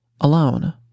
alone